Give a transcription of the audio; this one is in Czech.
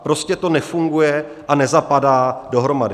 Prostě to nefunguje a nezapadá dohromady.